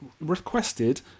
requested